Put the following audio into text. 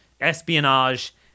espionage